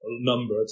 number